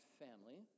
family